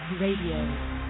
Radio